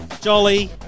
Jolly